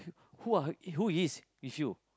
who are who he's with you